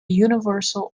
universal